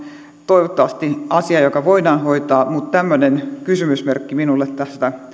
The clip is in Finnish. toivottavasti asia joka voidaan hoitaa mutta tämmöinen kysymysmerkki minulle tästä